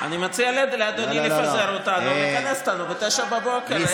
אני מציע לאדוני לפזר אותנו ולכנס אותנו ב-09:00.